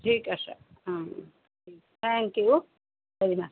ঠিক আছে অঁ থেংক ইউ